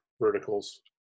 verticals